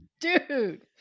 Dude